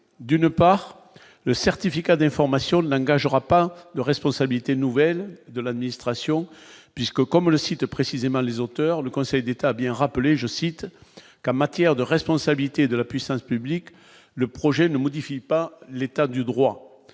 d'une part, le certificat d'information de l'engagera pas de responsabilités nouvelles de l'administration, puisque comme le site précisément les auteurs, le Conseil d'État a bien rappelé, je cite, qu'en matière de responsabilité de la puissance publique, le projet ne modifie pas l'état du droit,